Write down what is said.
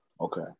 Okay